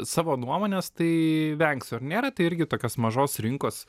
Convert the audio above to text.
savo nuomonės tai vengsiu ar nėra tai irgi tokios mažos rinkos